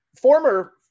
former